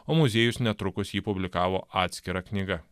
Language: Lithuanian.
o muziejus netrukus jį publikavo atskira knyga